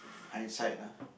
hindsight lah